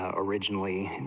ah originally,